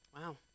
Wow